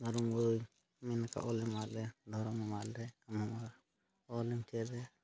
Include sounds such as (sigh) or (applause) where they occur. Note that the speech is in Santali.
ᱫᱷᱚᱨᱚᱢ ᱜᱩᱨᱩᱭ ᱢᱮᱱ ᱟᱠᱟᱫᱟ ᱵᱚᱞᱮ ᱚᱞᱮᱢ ᱟᱫᱞᱮᱨᱮ ᱫᱷᱚᱨᱚᱢᱮᱢ ᱟᱫᱞᱮᱨᱮ (unintelligible) ᱚᱞᱮᱢ ᱪᱮᱫᱨᱮ